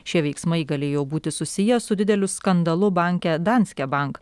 šie veiksmai galėjo būti susiję su dideliu skandalu banke danske bank